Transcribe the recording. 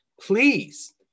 Please